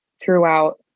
throughout